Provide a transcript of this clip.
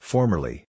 Formerly